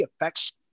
affects